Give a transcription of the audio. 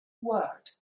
world